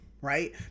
right